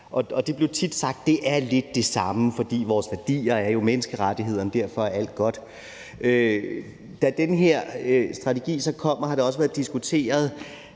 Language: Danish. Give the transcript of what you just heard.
og der blev tit sagt, at det er lidt det samme, for vores værdier er jo menneskerettighederne, og derfor er alt godt. Da den her redegørelse så kom, blev det også diskuteret,